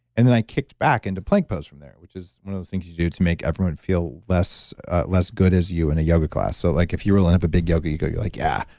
and then i kicked back into plank pose from there, which is one of those things you do to make everyone feel less less good as you in a yoga class. so like, if you were willing to have a big yoga, you go, you're like, yeah,